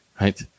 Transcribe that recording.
right